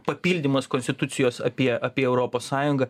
papildymas konstitucijos apie apie europos sąjungą